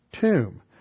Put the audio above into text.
tomb